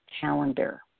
calendar